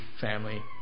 family